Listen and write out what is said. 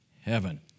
heaven